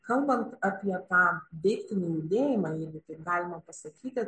kalbant apie tą deiktinį judėjimą jeigu taip galima pasakyti